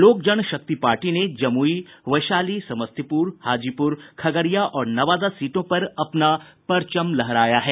लोक जनशक्ति पार्टी ने जमुई वैशाली समस्तीपुर हाजीपुर खगड़िया और नवादा सीटों पर अपना परचम लहराया है